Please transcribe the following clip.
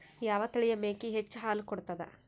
ಯಾವ ತಳಿಯ ಮೇಕಿ ಹೆಚ್ಚ ಹಾಲು ಕೊಡತದ?